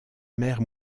mère